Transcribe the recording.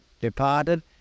departed